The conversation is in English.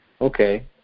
Okay